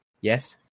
yes